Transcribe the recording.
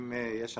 אם יש החלטה,